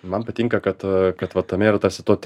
man patinka kad kad va tame yra tas to